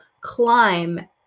climb